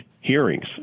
hearings